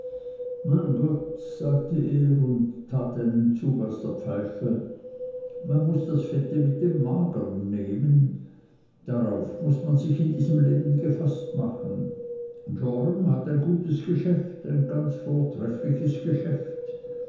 mein gott sagte er und tat einen zug aus der pfeife man muß das fette mit dem magern nehmen darauf muß man sich in diesem leben gefaßt machen joram hat ein gutes geschäft ein ganz vortreffliches geschäft